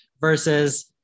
versus